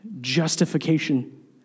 justification